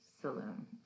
Saloon